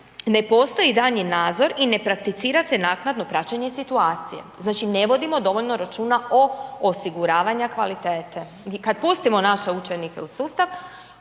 ne postoji daljnji nadzor i ne prakticira se naknadno praćenje situacije. Znači ne vodimo dovoljno računa o osiguravanja kvalitete. Kad pustimo naše učenike u sustav,